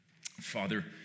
Father